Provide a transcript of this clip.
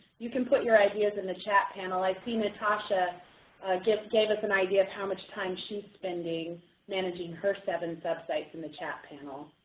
you can put your ideas in the chat panel. i see natasha gave gave us an idea of how much time she's spending managing her seven sites in the chat panel.